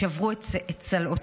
שברו את צלעותיו,